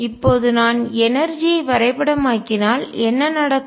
இப்போது நான் எனர்ஜிஆற்றல் ஐ வரைபடம் ஆக்கினால் என்ன நடக்கும்